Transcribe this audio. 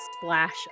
splash